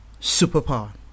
superpower